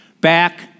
back